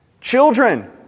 Children